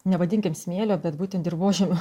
nevadinkim smėlio bet būtent dirvožemio